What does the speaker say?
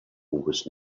was